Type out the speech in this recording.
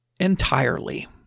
entirely